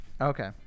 Okay